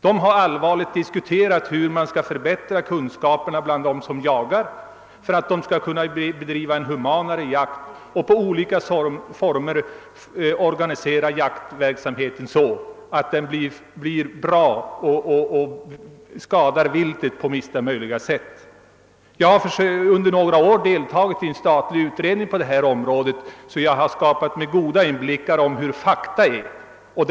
De har allvarligt diskuterat hur man skall kunna öka kunskaperna hos dem som jagar för att jakten skall bli humanare och hur man skall organisera jaktverksamheten så att den på minsta möjliga sätt skadar viltet. Jag har under några år deltagit i en statlig utredning på detta område och har därvid fått en god inblick i de verkliga förhållandena.